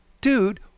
dude